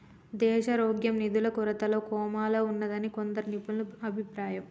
దేశారోగ్యం నిధుల కొరతతో కోమాలో ఉన్నాదని కొందరు నిపుణుల అభిప్రాయం